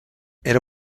era